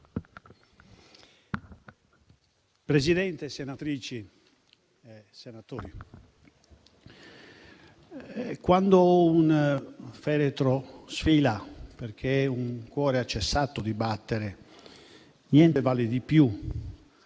Presidente, senatrici e senatori, quando un feretro sfila perché un cuore ha cessato di battere, niente vale di più